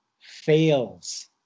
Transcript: fails